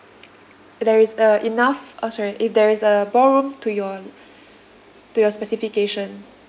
there is uh enough orh sorry if there is a ballroom to your l~ to your specification